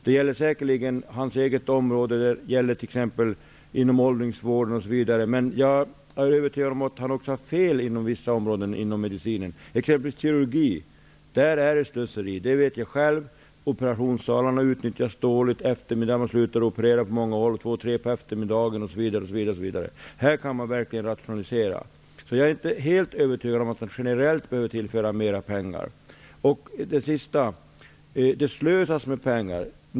Det gäller säkerligen hans eget område, och det gäller t.ex. inom åldringsvården, men jag är övertygad om att han också har fel i fråga om vissa områden inom medicinen, exempelvis kirurgi. Där är det slöseri, det vet jag själv. Operationssalarna utnyttjas dåligt. På många håll slutar man operera kl. 2 eller 3 på eftermiddagen, osv. osv. Här kan man verkligen rationalisera. Så jag är inte helt övertygad om att det generellt behöver tillföras mera pengar. Det slösas med pengar.